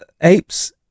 Apes